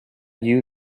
you